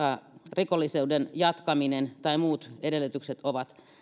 rikollisuuden jatkaminen tai muut edellytykset ovat